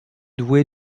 douée